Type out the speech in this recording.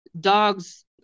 dogs